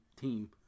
team